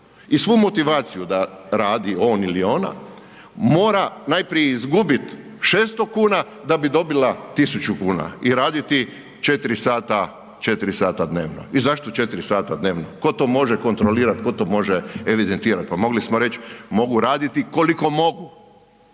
i svu motivaciju da radi on ili ona, mora najprije izgubit 600 kuna da bi dobila 1.000 kuna i raditi 4 sata, 4 sata dnevno. I zašto 4 sata dnevno? Tko to može kontrolirat, tko to može evidentirat? Pa mogli smo reći mogu raditi koliko mogu,